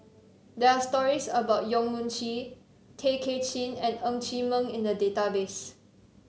there are stories about Yong Mun Chee Tay Kay Chin and Ng Chee Meng in the database